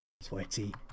Sweaty